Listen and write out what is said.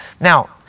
Now